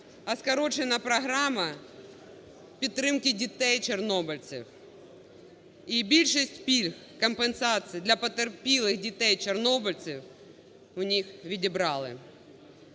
а скорочена програма підтримки дітей-чорнобильців. І більшість пільг, компенсацій для потерпілих дітей-чорнобильців у них відібрали.